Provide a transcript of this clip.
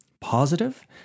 positive